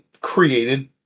created